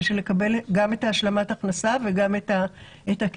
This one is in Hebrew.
בשביל לקבל גם את השלמת ההכנסה וגם את הקצבה.